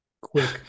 quick